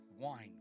wine